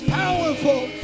powerful